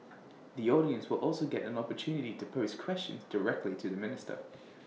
the audience will also get an opportunity to pose questions directly to the minister